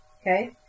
okay